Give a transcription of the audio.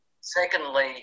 Secondly